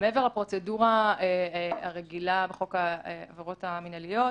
מעבר לפרוצדורה הרגילה בחוק העבירות המינהליות,